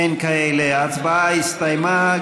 אין כאלה, ההצבעה הסתיימה.